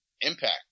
impact